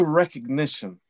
recognition